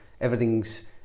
everything's